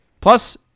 Plus